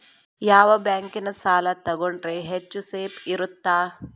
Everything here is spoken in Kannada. ಯಾವ ಬ್ಯಾಂಕಿನ ಸಾಲ ತಗೊಂಡ್ರೆ ಹೆಚ್ಚು ಸೇಫ್ ಇರುತ್ತಾ?